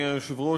אדוני היושב-ראש,